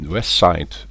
Westside